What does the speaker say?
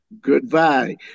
Goodbye